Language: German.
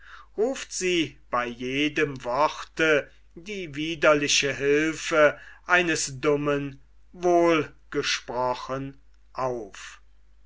ruft sie bei jedem worte die widerliche hülfe eines dummen wohl gesprochen auf